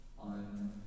on